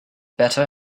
better